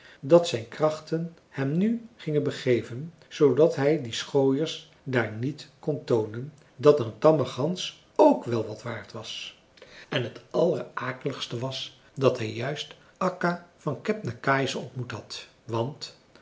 dat zijn krachten hem nu gingen begeven zoodat hij die schooiers daar niet kon toonen dat een tamme gans ook wel wat waard was en t allerakeligste was dat hij juist akka van kebnekaise ontmoet had want